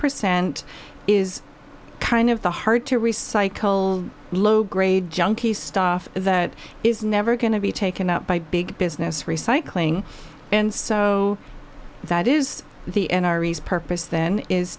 percent is kind of the hard to recycle low grade junkie stuff that is never going to be taken up by big business recycling and so that is the n r a is purpose then is